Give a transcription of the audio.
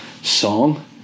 Song